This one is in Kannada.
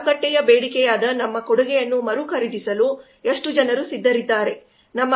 ಮಾರುಕಟ್ಟೆಯ ಬೇಡಿಕೆಯಾದ ನಮ್ಮ ಕೊಡುಗೆಯನ್ನು ಮರು ಖರೀದಿಸಲು ಎಷ್ಟು ಜನರು ಸಿದ್ಧರಿದ್ದಾರೆ